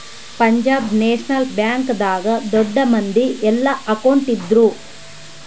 Punjab National Bank ದಾಗ ದೊಡ್ಡ ಮಂದಿ ಯೆಲ್ಲ ಅಕೌಂಟ್ ಇಟ್ಟಿದ್ರು